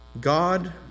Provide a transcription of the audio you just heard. God